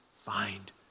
find